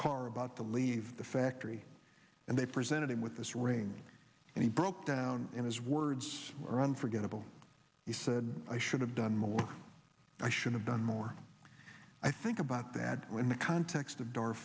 car about to leave the factory and they presented him with this ring and he broke down in his words are unforgettable he said i should have done more i should have done more i think about that when the context of d